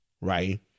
Right